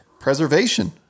Preservation